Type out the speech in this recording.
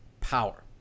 power